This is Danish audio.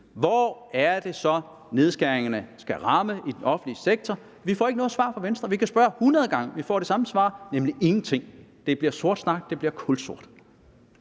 hvor er det så, nedskæringerne skal ramme i den offentlige sektor? Vi får ikke noget svar fra Venstre. Vi kan spørge hundrede gange, men vi får det samme svar, nemlig ingenting. Det bliver sort snak, det bliver kulsort.